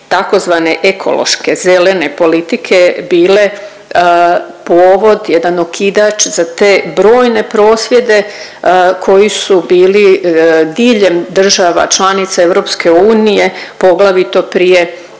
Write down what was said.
te tzv. ekološke zelene politike bile povod, jedan okidač za te brojne prosvjede koji su bili diljem država članica EU, poglavito prije